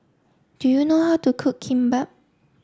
do you know how to cook Kimbap